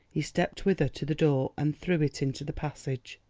he stepped with her to the door and through it into the passage.